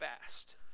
fast